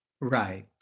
right